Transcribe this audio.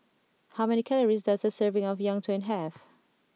how many calories does a serving of Yuen Tang have